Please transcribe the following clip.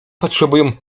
potrzebują